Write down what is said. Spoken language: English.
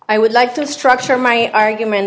i would like to structure my argument